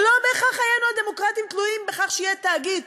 ולא בהכרח חיינו הדמוקרטיים תלויים בכך שיהיה תאגיד.